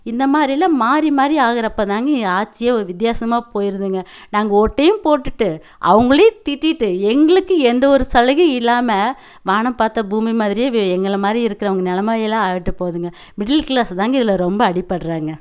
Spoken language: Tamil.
இந்த மாதிரில்லாம் மாறி மாறி ஆகுறப்ப தாங்க இங்கே ஆட்சியே ஒரு வித்தியாசமா போயிடுதுங்க நாங்கள் ஓட்டையும் போட்டுட்டு அவங்களையும் திட்டிட்டு எங்களுக்கு எந்த ஒரு சலுகையும் இல்லாமல் வானம் பார்த்த பூமி மாதிரியே வே எங்களை மாதிரி இருக்கிறவங்க நிலமையெல்லாம் ஆகிட்டு போதுங்க மிடில் க்ளாஸு தாங்க இதில் ரொம்ப அடிப்படுறாங்க